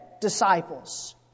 disciples